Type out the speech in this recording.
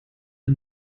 war